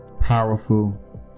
powerful